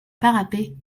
parapet